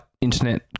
internet